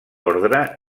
ordre